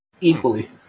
Equally